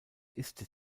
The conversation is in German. ist